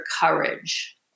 courage